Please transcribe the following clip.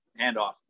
handoff